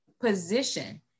position